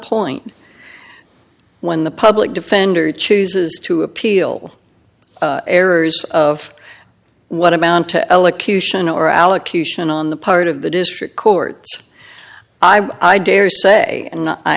point when the public defender chooses to appeal errors of what amount to elocution or allocution on the part of the district court i dare say